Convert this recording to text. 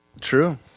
True